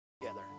together